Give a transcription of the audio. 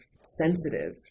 sensitive